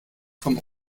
vom